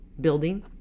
building